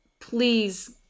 please